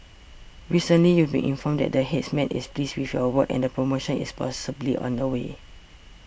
recently you've been informed that the Headman is pleased with your work and a promotion is possibly on the way